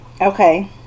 Okay